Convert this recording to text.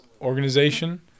organization